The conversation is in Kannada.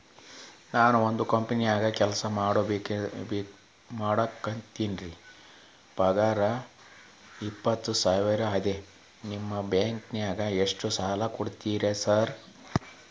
ನಾನ ಒಂದ್ ಕಂಪನ್ಯಾಗ ಕೆಲ್ಸ ಮಾಡಾಕತೇನಿರಿ ಪಗಾರ ಇಪ್ಪತ್ತ ಸಾವಿರ ಅದಾ ನಿಮ್ಮ ಬ್ಯಾಂಕಿನಾಗ ಎಷ್ಟ ಸಾಲ ಕೊಡ್ತೇರಿ ಸಾರ್?